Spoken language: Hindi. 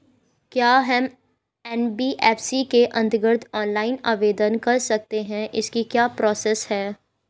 क्या हम एन.बी.एफ.सी के अन्तर्गत ऑनलाइन आवेदन कर सकते हैं इसकी क्या प्रोसेस है?